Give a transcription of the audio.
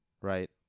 Right